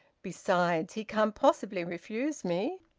besides, he can't possibly refuse me.